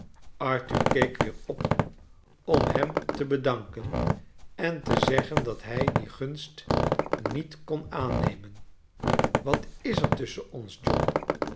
arthur keek weer op om hem te bedanken en te zeggen dat hij die gunst niet kon aannemen wat is er tuaschen ons